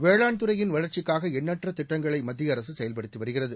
வேளாண் துறையின் வளர்ச்சிக்காகஎண்ணற்றதிட்டங்களைமத்தியஅரசுசெயல்படுத்திவருகிறது